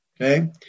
Okay